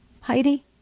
Heidi